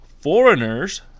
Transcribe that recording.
Foreigners